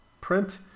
print